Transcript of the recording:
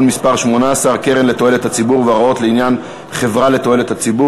מס' 18) (קרן לתועלת הציבור והוראות לעניין חברה לתועלת הציבור),